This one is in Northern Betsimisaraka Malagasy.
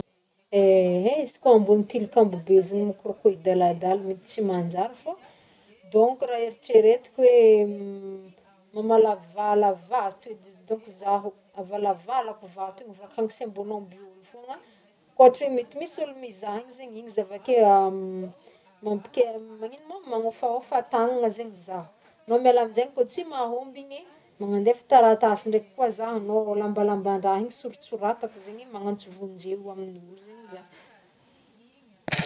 Ehe, izy koa ambony tilikambo be zegny mô kô rô hidaladala mety tsy manjary fô dônko raha eritreretiko hoe mamalavala vato edy dônko zaho, avalavalako vato igny voa koa sembo naomby olo fôgna koa ohatra mety misy olo mizaha igny zegny igny izy avake mampike- magnigno moa, magnofahôfa tagnagna zegny zaho, agnao miala amzegny koa tsy mahomby igny magnandefa ndraiky koa zaho, agnao lambalambandraha igny soritsoratako zegny magnantso vonjeo amin'ny olo zegny za.